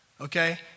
okay